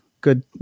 good